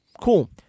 Cool